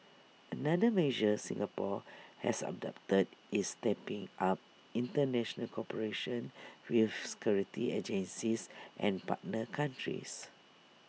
another measure Singapore has adopted is stepping up International cooperation with security agencies and partner countries